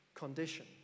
condition